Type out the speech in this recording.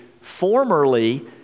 formerly